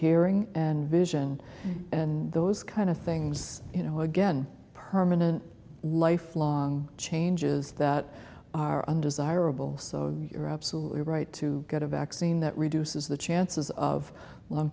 hearing and vision and those kind of things you know again permanent lifelong changes that are undesirable so you're absolutely right to get a vaccine that reduces the chances of a long